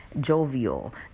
jovial